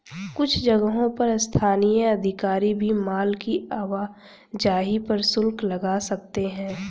कुछ जगहों पर स्थानीय अधिकारी भी माल की आवाजाही पर शुल्क लगा सकते हैं